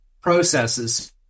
processes